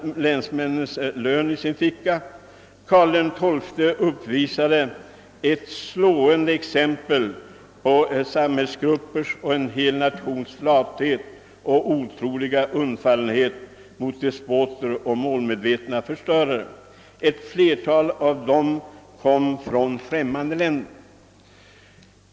Jag vill erinra om att den äldsta jordeboken är från 1533— 1540. Karl XII:s tid gav ett slående exempel på samhällsgruppers och en hel nations flathet och otroliga undfallenhet för despoter och målmedvetna folkförstörare; ett flertal av dem kom från främmande länder.